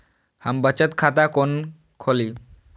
हम बचत खाता कोन खोली?